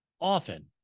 often